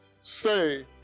say